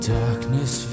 darkness